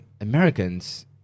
Americans